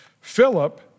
Philip